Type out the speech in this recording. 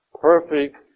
perfect